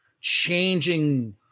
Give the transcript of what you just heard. changing